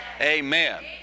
Amen